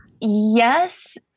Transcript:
yes